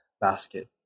basket